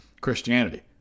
Christianity